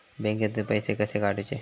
बँकेतून पैसे कसे काढूचे?